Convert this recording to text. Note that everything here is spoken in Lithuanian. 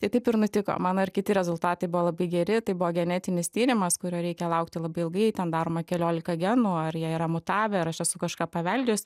tai taip ir nutiko mano ir kiti rezultatai buvo labai geri tai buvo genetinis tyrimas kurio reikia laukti labai ilgai ten daroma keliolika genų ar jie yra mutavę ar aš esu kažką paveldėjus